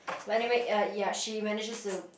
but anyway err ya she manages to